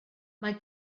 mae